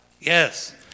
Yes